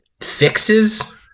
fixes